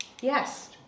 Yes